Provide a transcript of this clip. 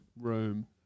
room